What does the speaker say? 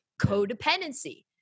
codependency